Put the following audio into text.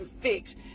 fix